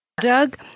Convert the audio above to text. Doug